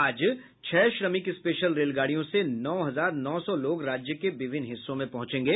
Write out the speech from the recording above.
आज छह श्रमिक स्पेशल रेलगाड़ियों से नौ हजार नौ सौ लोग राज्य के विभिन्न हिस्सों में पहुंचेंगे